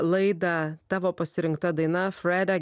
laida tavo pasirinkta daina